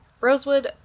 Rosewood